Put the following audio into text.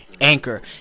Anchor